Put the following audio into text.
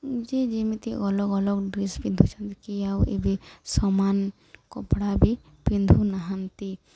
ଯେ ଯେମିତି ଅଲଗା ଅଲଗା ଡ୍ରେସ୍ ପିନ୍ଧୁଛନ୍ତି କିଏ ଆଉ ଏବେ ସମାନ କପଡ଼ା ବି ପିନ୍ଧୁ ନାହାନ୍ତି